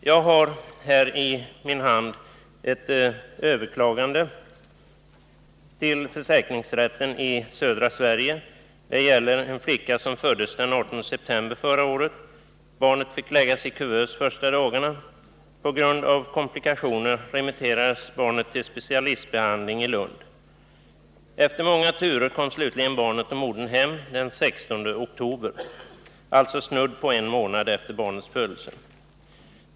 Jag har här i min hand uppgifter om ett överklagande till försäkringsrätten i södra Sverige. Det gäller en flicka som föddes den 18 september förra året. Barnet fick läggas i kuvös de första dagarna. På grund av komplikationer remitterades barnet till specialistbehandling i Lund. Efter många turer kom slutligen barnet och modern hem den 16 oktober — alltså snudd på en månad efter barnets födelse.